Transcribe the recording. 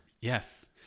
Yes